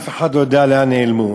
אף אחד לא יודע לאן נעלמו,